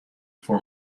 for